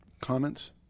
comments